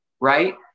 right